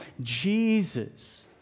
jesus